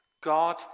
God